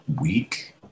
week